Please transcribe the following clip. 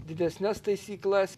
didesnes taisyklas